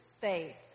faith